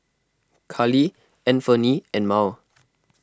Kallie Anfernee and Myrl